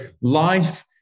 life